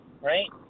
Right